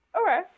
Okay